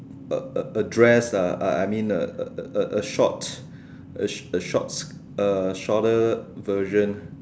a a a dress lah I mean a a a a shorts a sh~ a shorts uh shorter version